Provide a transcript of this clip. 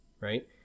right